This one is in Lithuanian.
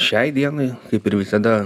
šiai dienai kaip ir visada